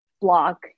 block